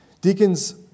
Deacons